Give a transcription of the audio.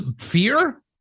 fear